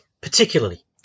particularly